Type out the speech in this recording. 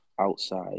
outside